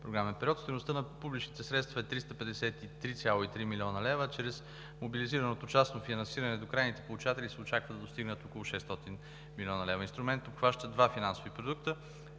програмен период. Стойността на публичните средства е 353,3 млн. лв., а чрез мобилизираното частно финансиране до крайните получатели се очаква да достигнат 600 млн. лв. Инструментът обхваща два финансови продукта: